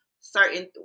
certain